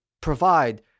provide